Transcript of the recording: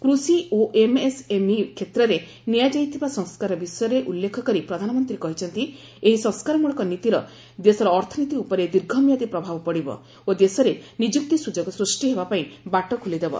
କୃଷି ଓ ଏମ୍ଏସ୍ଏମ୍ଇ କ୍ଷେତ୍ରରେ ନିଆଯାଇଥିବା ସଂସ୍କାର ବିଷୟରେ ଉଲ୍ଲେଖ କରି ପ୍ରଧାନମନ୍ତ୍ରୀ କହିଛନ୍ତି ଏହି ସଂସ୍କାର ମୂଳକ ନୀତିର ଦେଶର ଅର୍ଥନୀତି ଉପରେ ଦୀର୍ଘମିଆଦି ପ୍ରଭାବ ପଡ଼ିବ ଓ ଦେଶରେ ନିଯୁକ୍ତି ସୁଯୋଗ ସୃଷ୍ଟି ହେବା ପାଇଁ ବାଟ ଖୋଲିଦେବ